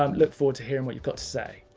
um look forward to hearing what you've got to say.